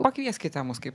pakvieskite mus kaip